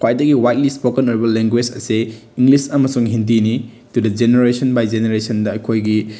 ꯈ꯭ꯋꯥꯏꯗꯒꯤ ꯋꯥꯏꯗꯂꯤ ꯏꯁꯄꯣꯀꯟ ꯑꯣꯏꯔꯤꯕ ꯂꯣꯡꯒꯣꯏꯁ ꯑꯁꯦ ꯏꯪꯂꯤꯁ ꯑꯃꯁꯨꯡ ꯍꯤꯟꯗꯤꯅꯤ ꯇꯨ ꯗ ꯖꯦꯅꯦꯔꯦꯁꯟ ꯕꯥꯏ ꯖꯦꯅꯦꯔꯦꯁꯟꯗ ꯑꯩꯈꯣꯏꯒꯤ